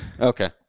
Okay